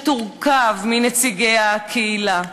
שתורכב מנציגי הקהילה.